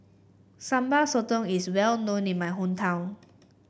Sambal Sotong is well known in my hometown